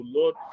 Lord